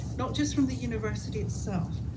not just from the university itself,